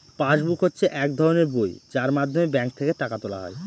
pass book হচ্ছে এক ধরনের বই যার মাধ্যমে ব্যাঙ্ক থেকে টাকা তোলা হয়